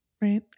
Right